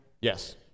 Yes